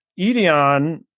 Edeon